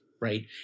right